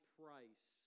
price